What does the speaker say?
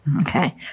Okay